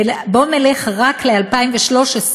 ובואו נלך רק ל-2013,